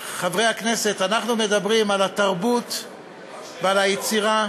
חברי הכנסת, על התרבות ועל היצירה